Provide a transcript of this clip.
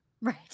right